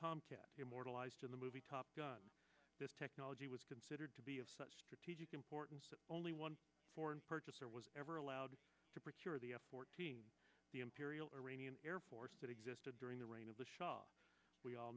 tomcat immortalized in the movie top gun this technology was considered to be of such strategic importance only one foreign purchaser was ever allowed to put your the f fourteen the imperial iranian air force that existed during the reign of the shah we all